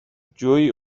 جویی